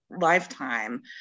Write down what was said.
lifetime